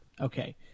Okay